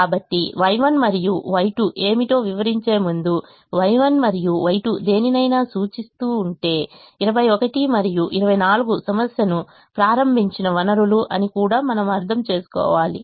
కాబట్టి Y1 మరియు Y2 ఏమిటో వివరించే ముందు Y1మరియు Y2 దేనినైనా సూచిస్తూ ఉంటే 21 మరియు 24 సమస్యను ప్రారంభించిన వనరులు అని కూడా మనము అర్థం చేసుకోవాలి